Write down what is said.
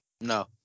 No